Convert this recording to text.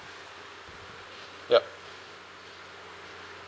yup